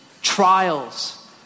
trials